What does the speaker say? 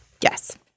Yes